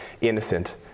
innocent